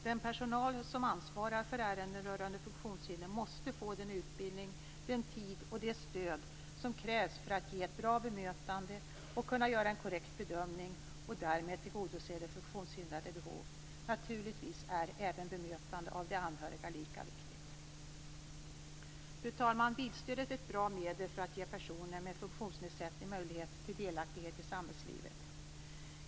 Den personal som ansvarar för ärenden rörande funktionshinder måste få den utbildning, den tid och det stöd som krävs för att ge ett bra bemötande och kunna göra en korrekt bedömning och därmed tillgodose de funktionshindrades behov. Naturligtvis är även bemötandet av de anhöriga lika viktigt. Fru talman! Bilstödet är ett bra medel för att ge personer med funktionsnedsättningar möjlighet till delaktighet i samhällslivet.